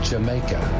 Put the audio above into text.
Jamaica